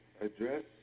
address